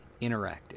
interactive